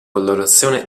colorazione